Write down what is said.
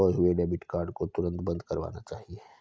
खोये हुए debit card को तुरंत बंद करवाना चाहिए